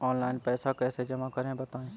Online पैसा कैसे जमा करें बताएँ?